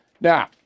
Now